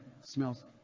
smells